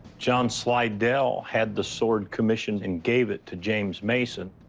john slidell had the sword commissioned and gave it to james mason.